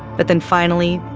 but then finally,